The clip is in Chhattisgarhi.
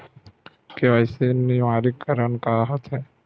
के.वाई.सी नवीनीकरण का होथे?